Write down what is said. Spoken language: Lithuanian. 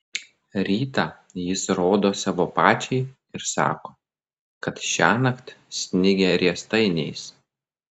rytą jis rodo savo pačiai ir sako kad šiąnakt snigę riestainiais